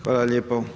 Hvala lijepo.